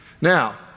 Now